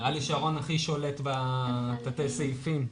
נראה לי ששרון הכי שולט בתתי הסעיפים.